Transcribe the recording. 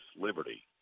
liberty